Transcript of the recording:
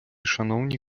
шановні